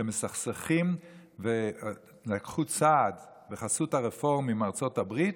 שמסכסכים ולקחו צעד בחסות הרפורמים מארצות הברית,